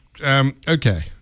okay